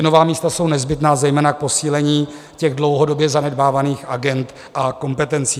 Nová místa jsou nezbytná zejména k posílení dlouhodobě zanedbávaných agend a kompetencí.